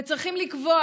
וצריכים לקבוע